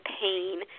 pain